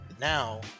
Now